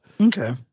Okay